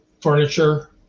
furniture